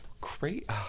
Great